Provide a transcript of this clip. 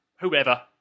whoever